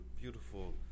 beautiful